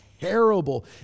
terrible